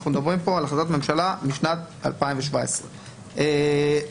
אנחנו מדברים פה על החלטת ממשלה משנת 2017. לסיכום,